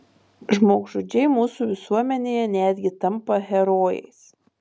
žmogžudžiai mūsų visuomenėje netgi tampa herojais